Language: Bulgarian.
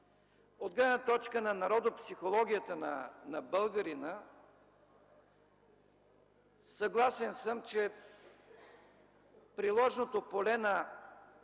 от гледна точка на народопсихологията на българина. Съгласен съм, че приложното поле на